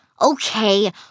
Okay